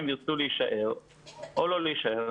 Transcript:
אם ירצו להישאר או לא להישאר,